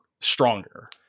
stronger